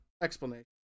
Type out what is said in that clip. Explanation